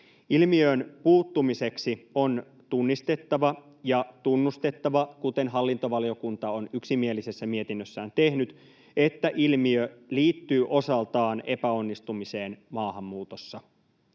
Ilmiöön puuttumiseksi on tunnistettava ja tunnustettava, kuten hallintovaliokunta on yksimielisessä mietinnössään tehnyt, että ilmiö liittyy osaltaan epäonnistumiseen maahanmuutossa.